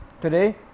Today